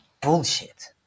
bullshit